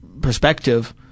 perspective